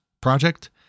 project